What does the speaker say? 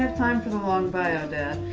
time for the long bio dad.